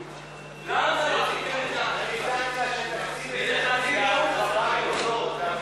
למה חיכיתם, למה לא עשיתם את זה עד עכשיו?